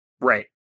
right